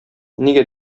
нигә